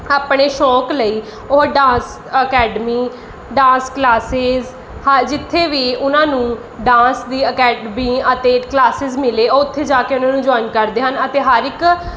ਆਪਣੇ ਸ਼ੌਕ ਲਈ ਉਹ ਡਾਂਸ ਅਕੈਡਮੀ ਡਾਂਸ ਕਲਾਸਿਜ਼ ਜਿੱਥੇ ਵੀ ਉਹਨਾਂ ਨੂੰ ਡਾਂਸ ਦੀ ਅਕੈਡਮੀ ਅਤੇ ਕਲਾਸਿਜ਼ ਮਿਲੇ ਉਹ ਉੱਥੇ ਜਾ ਕੇ ਉਹਨਾਂ ਨੂੰ ਜੁਆਇਨ ਕਰਦੇ ਹਨ ਅਤੇ ਹਰ ਇੱਕ